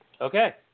Okay